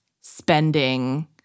spending